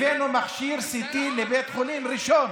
מכשיר CT ראשון